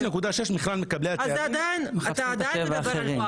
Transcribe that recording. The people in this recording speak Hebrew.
5.6% מכלל מקבלי התארים --- אז אתה עדיין מדבר על פערים.